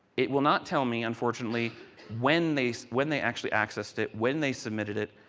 it will not tell me unfortunately when they so when they actually accessed it, when they submitted it.